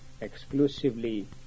exclusively